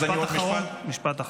משפט אחרון.